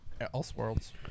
elseworlds